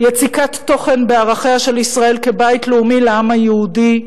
יציקת תוכן בערכיה של ישראל כבית לאומי לעם היהודי,